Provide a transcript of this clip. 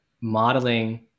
modeling